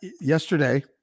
yesterday